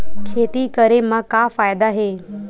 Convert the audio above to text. खेती करे म का फ़ायदा हे?